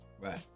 right